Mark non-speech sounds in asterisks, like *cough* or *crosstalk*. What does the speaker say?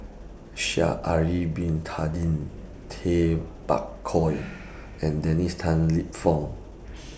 Sha'Ari Bin Tadin Tay Bak Koi *noise* and Dennis Tan Lip Fong *noise*